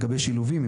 לגבי שילובים,